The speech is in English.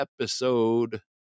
episode